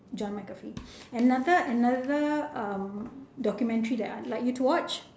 john mcafee another another um documentary that I'd like you to watch